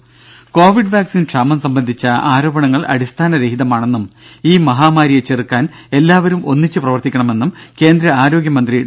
ദ്ദേ Covid vaccine ക്ഷാമം സംബന്ധിച്ച ആരോപണങ്ങൾ അടിസ്ഥാന രഹിതമാണെന്നും ഈ മഹാമാരിയെ ചെറുക്കാൻ എല്ലാവരും ഒന്നിച്ച് പ്രവർത്തിക്കണമെന്നും കേന്ദ്ര ആരോഗ്യമന്ത്രി ഡോ